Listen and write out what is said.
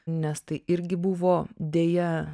nes tai irgi buvo deja